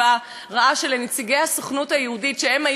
היהודית שהיו אמורים לבוא ולתת את המענה,